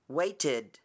waited